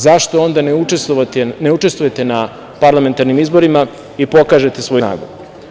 Zašto onda ne učestvujete na parlamentarnim izborima i pokažete svoju snagu?